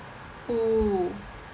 oo